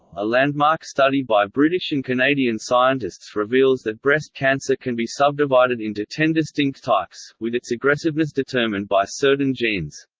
a landmark study by british and canadian scientists reveals that breast cancer can be subdivided into ten distinct types, with its aggressiveness determined by certain genes.